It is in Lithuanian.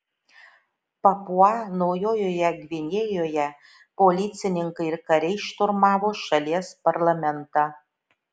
papua naujojoje gvinėjoje policininkai ir kariai šturmavo šalies parlamentą